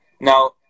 now